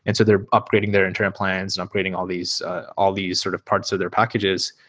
and so they're upgrading their internet plans and upgrading all these all these sort of parts of their packages.